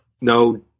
no